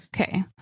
Okay